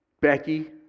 Becky